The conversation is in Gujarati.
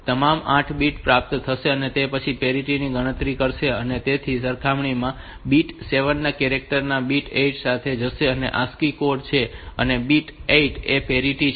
તેથી તમામ 8 બિટ્સ પ્રાપ્ત થાય તે પછી તે પેરિટી ની ગણતરી કરશે અને તેની સરખામણી બીટ 7 ના કેરેક્ટર ના બીટ 8 સાથે કરશે જે ASCII કોડ છે અને બીટ 8 એ પેરિટી છે